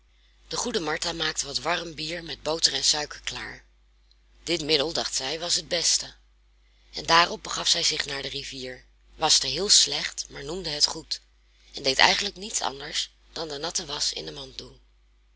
de goede martha maakte wat warm bier met boter en suiker klaar dit middel dacht zij was het beste en daarop begaf zij zich naar de rivier waschte heel slecht maar noemde het goed en deed eigenlijk niets anders dan de natte wasch in de mand doen